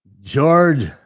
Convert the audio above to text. George